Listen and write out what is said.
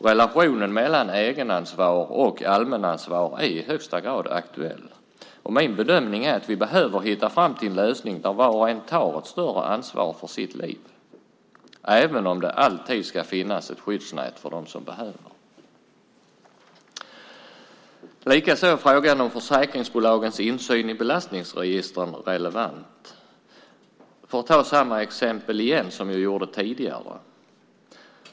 Relationen mellan egenansvar och allmänansvar är i högsta grad aktuell, och min bedömning är att vi behöver hitta fram till en lösning där var och en tar ett större ansvar för sitt liv - även om det alltid ska finnas ett skyddsnät för dem som behöver det. Likaså är frågan om försäkringsbolagens insyn i belastningsregistren relevant. Jag kan ta samma exempel igen som jag tog tidigare.